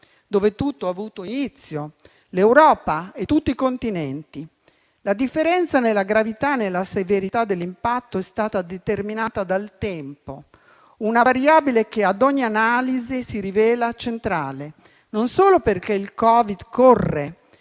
dove tutto ha avuto inizio, l'Europa e tutti i continenti. La differenza, nella gravità e nella severità dell'impatto, è stata determinata dal tempo, una variabile che ad ogni analisi si rivela centrale, e non solo perché il Covid corre